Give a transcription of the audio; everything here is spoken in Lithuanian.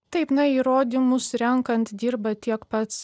taip na įrodymus renkant dirba tiek pats